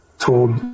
told